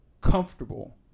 comfortable